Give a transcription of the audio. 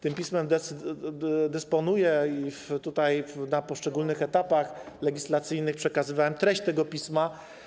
Tym pismem dysponuję i na poszczególnych etapach legislacyjnych przekazywałem treść tego pisma.